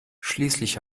schließlich